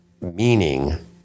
meaning